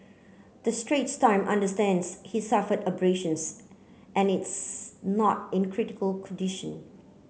the Straits Time understands he suffered abrasions and it's not in critical condition